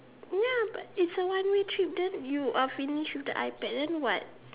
ya but it's a one way trip then you uh finish with the iPad then what